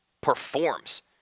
Performs